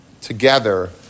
together